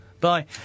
Bye